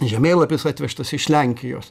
žemėlapis atvežtas iš lenkijos